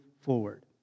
forward